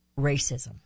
racism